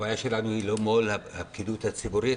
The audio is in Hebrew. הבעיה שלנו היא לא מול הפקידות הציבורית